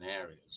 areas